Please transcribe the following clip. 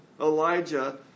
Elijah